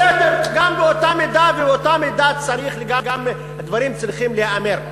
בסדר, גם באותה מידה הדברים צריכים להיאמר.